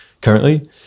currently